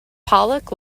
pollock